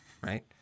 Right